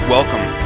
Welcome